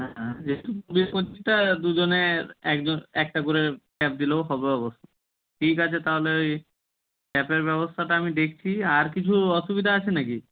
হ্যাঁ হ্যাঁ বিশ পঁচিশটা দুজনের একজন একটা করে ট্যাপ দিলেও হবে অবশ্য ঠিক আছে তাহলে ওই ট্যাপের ব্যবস্থাটা আমি দেখছি আর কিছু অসুবিধা আছে না কি